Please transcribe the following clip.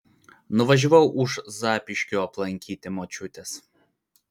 nuvažiavau už zapyškio aplankyti močiutės